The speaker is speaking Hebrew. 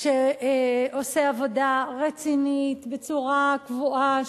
שעושה עבודה רצינית בצורה קבועה,